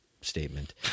statement